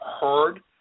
heard